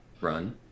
run